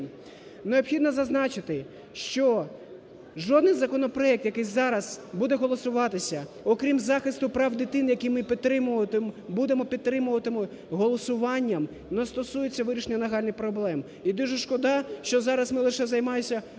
Необхідно зазначити, що жодний законопроект, який зараз буде голосуватися, окрім захисту прав дитини, який ми будемо підтримувати голосуванням, не стосується вирішення нагальних проблем. І дуже шкода, що зараз ми лише займаємося